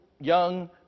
young